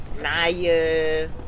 Naya